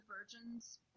virgins